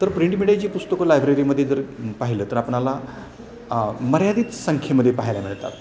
तर प्रिंट मिडियाची पुस्तकं लायब्ररीमध्ये जर पाहिलं तर आपणाला मर्यादित संख्येमध्ये पाहायला मिळतात